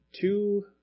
two